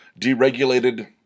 deregulated